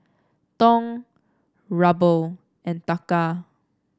Dong Ruble and Taka